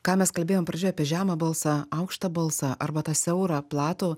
ką mes kalbėjom pradžioj apie žemą balsą aukštą balsą arba tą siaurą platų